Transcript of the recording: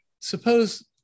Suppose